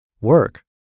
work